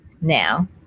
now